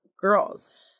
girls